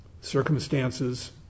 circumstances